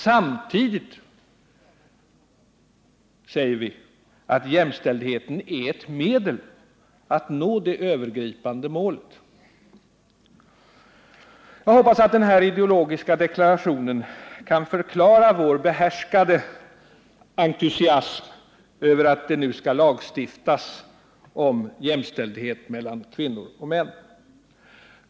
Samtidigt säger vi att jämställdheten är ett medel att nå det övergripande målet. Jag hoppas att denna ideologiska deklaration kan förklara vår behärskade entusiasm över att det nu skall lagstiftas om jämställdhet mellan kvinnor och män.